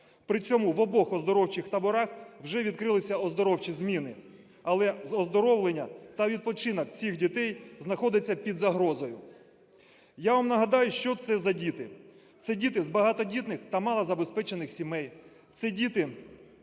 При цьому в обох оздоровчих таборах вже відкрилися оздоровчі зміни, але оздоровлення та відпочинок цих дітей знаходиться під загрозою. Я вам нагадаю, що це за діти. Це діти з багатодітних та малозабезпечених сімей,